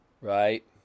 Right